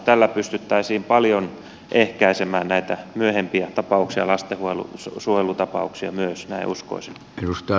tällä pystyttäisiin paljon ehkäisemään näitä myöhempiä tapauksia lastensuojelutapauksia myös näin uskoisin